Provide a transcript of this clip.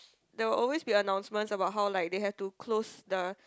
there will always be announcements about how like they have to close the